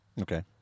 Okay